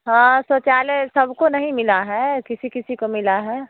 हाँ शौचालय सबको नहीं मिला है किसी किसी को मिला है